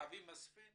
אבי מספין